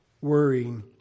worrying